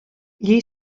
gli